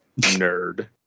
Nerd